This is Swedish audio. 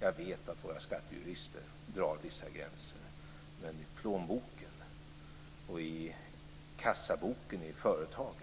Jag vet att våra skattejurister drar vissa gränser, men i plånboken, i kassaboken i företagen